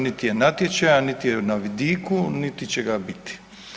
Niti je natječaja, niti je na vidiku, niti će ga biti.